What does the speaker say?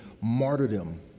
martyrdom